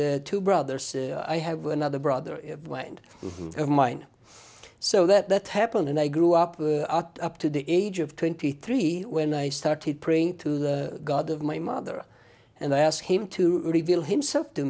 and two brothers i have another brother wind of mine so that happened and i grew up with up to the age of twenty three when i started praying to the god of my mother and i asked him to reveal himself to